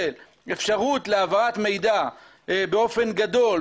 של אפשרות להעברת מידע באופן גדול,